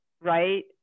Right